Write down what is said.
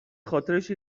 خاطرش